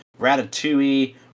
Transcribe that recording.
Ratatouille